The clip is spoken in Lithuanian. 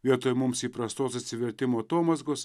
vietoj mums įprastos atsivertimo atomazgos